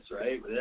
right